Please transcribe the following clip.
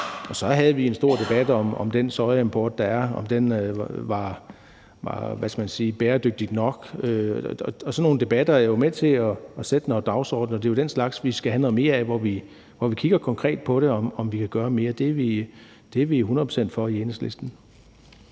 og så havde vi en stor debat om, om den sojaimport, der er, er bæredygtig nok. Sådan nogle debatter er jo med til at sætte dagsordenen. Det er jo den slags, vi skal have noget mere af – hvor vi kigger konkret på det og ser, om vi kan gøre mere. Det er vi hundrede procent